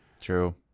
True